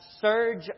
surge